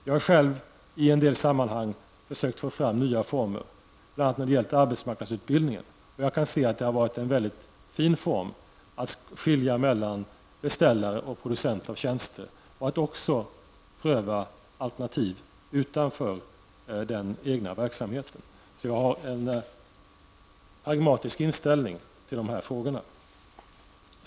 Jag har själv i en del sammanhang försökt få fram nya former, bl.a. när det gäller arbetsmarknadsutbildningen. Jag anser att det är bra att skilja mellan beställare och producenter av tjänster och att pröva alternativ utanför den egna verksamheten. Jag har en pragmatisk inställning i dessa frågor.